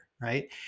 right